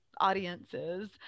Audiences